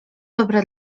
dobre